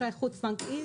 אשראי חוץ בנקאי,